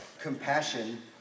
compassion